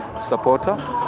supporter